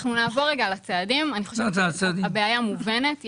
אנחנו נעבור לצעדים אני חושבת שהבעיה מובנת.